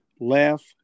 laugh